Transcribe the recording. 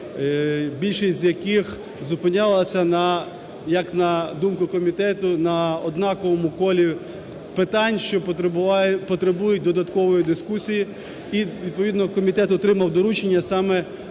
більшість з яких зупинялась на… як на думку комітету, на однаковому колі питань, що потребує додаткової дискусії. І, відповідно, комітет отримав доручення саме